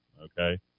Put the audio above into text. okay